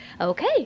okay